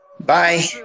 Bye